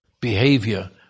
Behavior